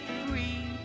free